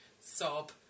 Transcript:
sob